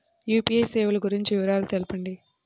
UPI సేవలు గురించి వివరాలు తెలుపండి?